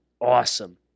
awesome